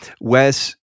wes